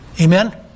Amen